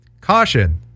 Caution